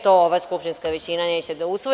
To ova skupštinska većina neće da usvoji.